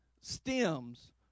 stems